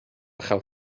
chael